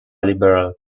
liberal